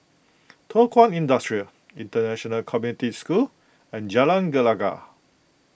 Thow Kwang Industry International Community School and Jalan Gelegar